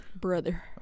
Brother